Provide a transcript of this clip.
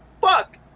fuck